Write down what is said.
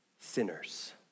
sinners